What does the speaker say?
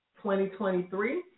2023